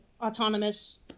autonomous